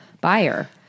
buyer